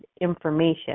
information